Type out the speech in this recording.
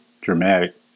dramatic